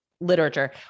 literature